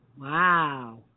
Wow